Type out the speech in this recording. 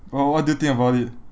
what what do you think about it